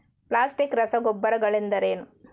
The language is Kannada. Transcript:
ಪ್ಲಾಸ್ಟಿಕ್ ರಸಗೊಬ್ಬರಗಳೆಂದರೇನು?